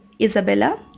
isabella